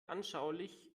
anschaulich